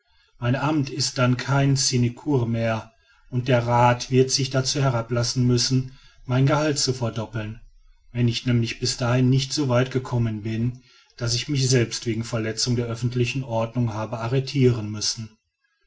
mein amt ist dann keine sinecure mehr und der rath wird sich dazu herbeilassen müssen mein gehalt zu verdoppeln wenn ich nämlich bis dahin nicht so weit gekommen bin daß ich mich selbst wegen verletzung der öffentlichen ordnung habe arretiren müssen